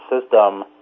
system